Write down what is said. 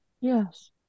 Yes